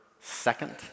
second